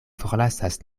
forlasas